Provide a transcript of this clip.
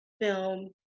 film